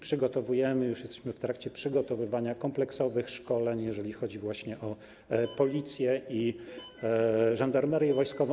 Przygotowujemy, już jesteśmy w trakcie przygotowywania kompleksowych szkoleń, jeżeli chodzi właśnie o Policję i Żandarmerię Wojskową.